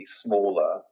smaller